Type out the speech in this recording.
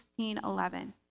16.11